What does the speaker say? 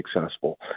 successful